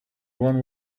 one